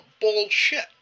bullshit